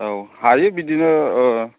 औ हायो बिदिनो